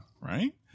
Right